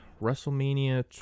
WrestleMania